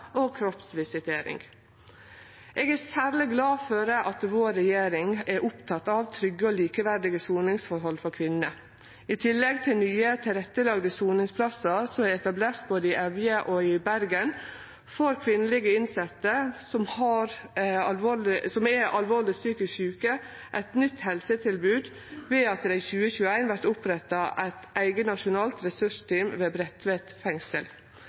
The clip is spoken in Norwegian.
og kroppsvisitering. Eg er særleg glad for at vår regjering er oppteken av trygge og likeverdige soningsforhold for kvinner. I tillegg til nye, tilrettelagde soningsplassar som er etablerte både i Evje og i Bergen, får kvinnelege innsette som er alvorleg psykisk sjuke, eit nytt helsetilbod ved at det i 2021 vert oppretta eit eige nasjonalt ressursteam ved Bredtveit fengsel.